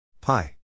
Pi